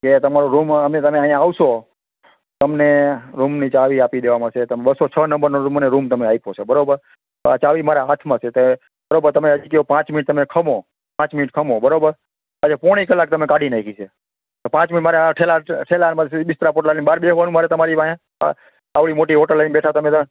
કે તમારો રૂમ અમે તમે અહીંયા આવશો તમને રૂમની ચાવી આપી દેવામાં આવશે તમે બસો છ નંબરનો મને રૂમ તમે આપ્યો છે બરોબર તો આ ચાવી મારા હાથમાં છે તે બરોબર હજી કીધું પાંચ મિનિટ તમે ખમો પાંચ મિનિટ ખમો બરોબર આજે પોણી કલાક તમે કાઢી નાખી છે પાંચ મિનિટ મારે આ ઠેલા ઠેલા બધી બિસ્તરા પોટલા લઈને બહાર બેસવાનું મારે તમારી પાસે આ આવડી મોટી હોટલ લઈને બેઠા તમે